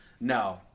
No